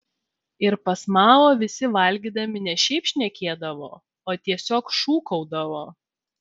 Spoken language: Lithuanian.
ir pas mao visi valgydami ne šiaip šnekėdavo o tiesiog šūkaudavo